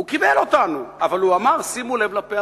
הוא קיבל אותנו, אבל הוא אמר: שימו לב לפערים.